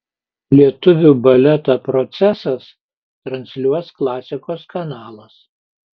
lietuvių baletą procesas transliuos klasikos kanalas